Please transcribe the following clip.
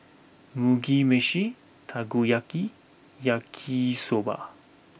Mugi Meshi Takoyaki Yaki Soba